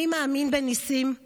// אני מאמין בניסים /